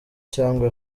cyangwa